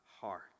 heart